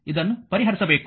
ಇದನ್ನು ಪರಿಹರಿಸಬೇಕು